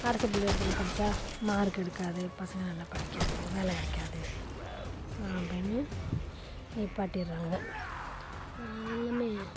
அரசு பள்ளிக்கூடத்தில் படிச்சால் மார்க் எடுக்காது பசங்கள் நல்லா படிக்காது வேலை கிடைக்காது அப்படின்னு நிப்பாட்டிடுறாங்க எல்லாமே